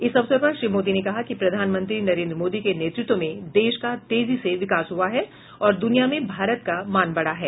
इस अवसर पर श्री मोदी ने कहा कि प्रधानमंत्री नरेन्द्र मोदी के नेतृत्व में देश का तेजी से विकास हुआ है और दुनिया में भारत का मान बढ़ा है